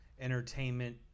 entertainment